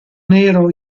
nero